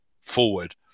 forward